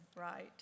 right